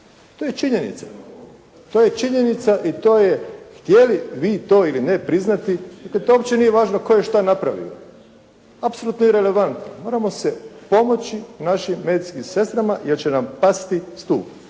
To je činjenica. To je činjenica i to je htjeli vi to ili ne priznati, dakle tu uopće nije važno tko je šta napravio, apsolutno i relevantno. Moramo pomoći našim medicinskim sestrama jer će nam pasti stup.